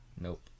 Nope